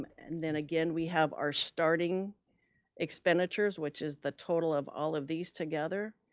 and then again, we have our starting expenditures, which is the total of all of these together.